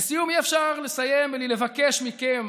לסיום, אי-אפשר לסיים בלי לבקש מכם